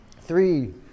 three